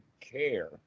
care